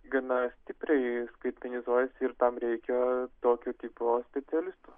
gana stipriai skaitmenizuojasi ir tam reikia tokio tipo specialistų